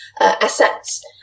assets